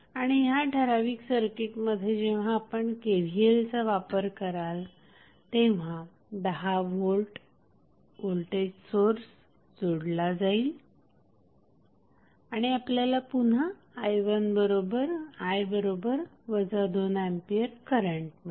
आणि ह्या ठराविक सर्किटमध्ये जेव्हा आपण KVL चा वापर कराल तेव्हा 10V व्होल्टेज सोर्स जोडला जाईल आणि आपल्याला पुन्हा i 2A करंट मिळेल